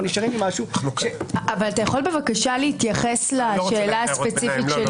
אבל אתה יכול בבקשה להתייחס לשאלה הספציפית שלי?